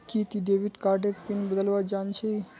कि ती डेविड कार्डेर पिन बदलवा जानछी